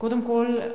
קודם כול,